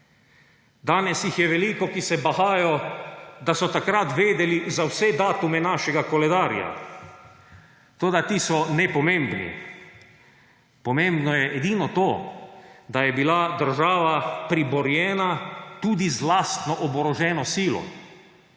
Danes jih je veliko, ki se bahajo, da so takrat vedeli za vse datume našega koledarja, toda ti so nepomembni. Pomembno je edino to, da je bila država priborjena tudi z lastno oboroženo silo